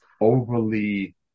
overly